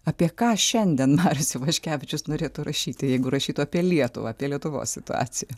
apie ką šiandien marius ivaškevičius norėtų rašyti jeigu rašytų apie lietuvą apie lietuvos situaciją